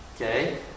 okay